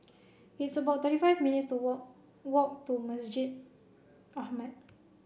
it's about thirty five minutes'to walk walk to Masjid Ahmad